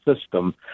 system